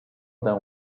than